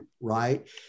Right